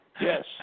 Yes